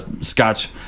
Scotch